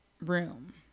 room